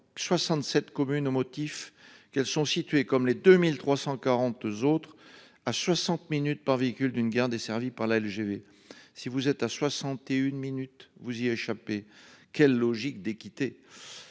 67 communes au motif qu'elles sont situées comme les 2342 autres à 60 minutes par véhicule d'une guerre desservie par la LGV. Si vous êtes à 61 minutes vous y échapper. Quelle logique d'équité.